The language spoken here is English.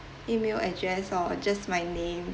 email address or just my name